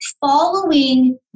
following